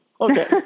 Okay